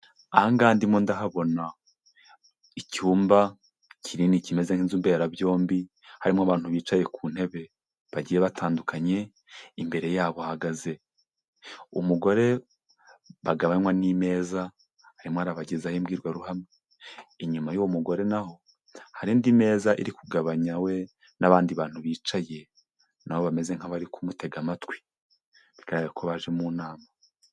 Aha ngaha ndimo ndahabona icyumba kinini kimeze nk'inzu mberabyombi, harimo abantu bicaye ku ntebe bagiye batandukanye, imbere yabo hahagaze umugore bagabanywa n'imeza, arimo arabagezaho imbwirwaruhame. Inyuma y'uwo mugore naho hari indi meza iri kugabanya we n'abandi bantu bicaye na bo bameze nk'abari kumutega amatwi. Bigaragare ko baje mu nama.